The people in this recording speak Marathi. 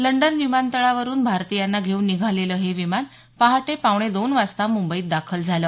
लंडन विमानतळावरून भारतीयांना घेऊन निघालेलं हे विमान पहाटे पावणे दोन वाजता मंबईत दाखल झालं